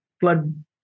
flood